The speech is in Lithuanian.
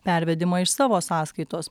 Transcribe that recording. pervedimą iš savo sąskaitos